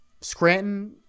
Scranton